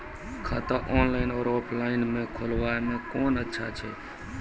खाता ऑनलाइन और ऑफलाइन म खोलवाय कुन अच्छा छै?